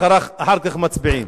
אחר כך מצביעים.